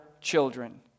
children